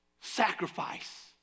sacrifice